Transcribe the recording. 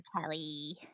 Kelly